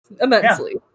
immensely